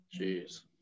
Jeez